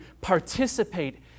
participate